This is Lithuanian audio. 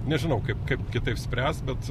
nežinau kaip kaip kitaip spręst bet